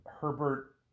Herbert